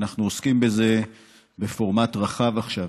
אנחנו עוסקים בזה בפורמט רחב עכשיו,